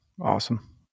Awesome